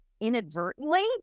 inadvertently